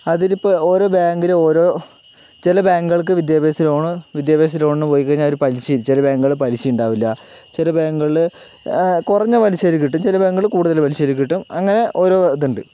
അതിനിപ്പോ ഓരോ ബാങ്കിനും ഓരോ ചില ബാങ്കുകൾക്ക് വിദ്യാഭ്യാസ ലോൺ വിദ്യാഭ്യാസ ലോണിന് പോയിക്കഴിഞ്ഞാൽ അവർക്ക് പലിശയും ചില ബാങ്കുകൾക്ക് പലിശ ഉണ്ടാവില്ല ചില ബാങ്കുകളില് കുറഞ്ഞ പലിശക്ക് കിട്ടും ചില ബാങ്കുകളിൽ കൂടുതൽ പലിശയില് കിട്ടും അങ്ങനെ ഓരോ ഇതുണ്ട്